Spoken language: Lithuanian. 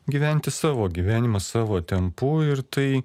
gyventi savo gyvenimą savo tempu ir tai